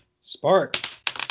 Spark